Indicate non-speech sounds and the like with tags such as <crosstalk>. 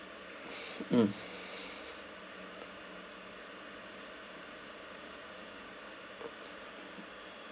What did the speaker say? <breath> mm <breath>